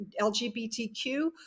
LGBTQ